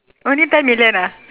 only ten million ah